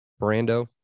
Brando